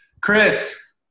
Chris